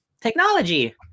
Technology